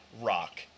rock